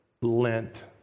lent